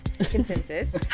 consensus